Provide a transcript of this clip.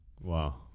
Wow